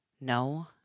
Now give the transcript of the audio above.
No